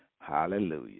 Hallelujah